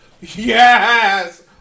yes